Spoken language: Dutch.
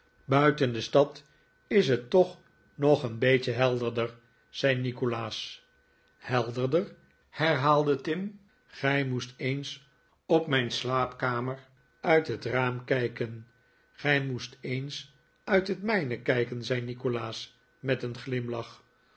buiten de stad is het toch nog een beetje helderder zei nikolaas helderder herhaalde tim gij moest eens op mijn slaapkamer uit het raam kijken gij moest eens uit het mijhe kijken zei nikolaas met een glimlach